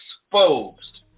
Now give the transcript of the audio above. exposed